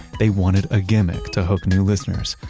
they wanted a gimmick to hook new listeners.